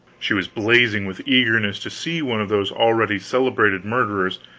she was blazing with eagerness to see one of those already celebrated murderers,